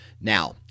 Now